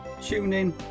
TuneIn